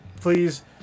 please